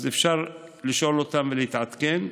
אז אפשר לשאול אותם ולהתעדכן.